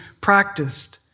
practiced